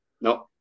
no